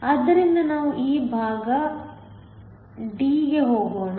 ಆದ್ದರಿಂದ ನಾವು ಈಗ ಭಾಗ d ಗೆ ಹೋಗೋಣ